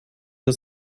der